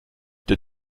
der